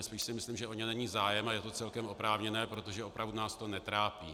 Spíše si myslím, že o ně není zájem, a je to celkem oprávněné, protože opravdu nás to netrápí.